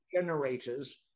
generators